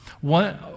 One